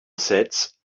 sets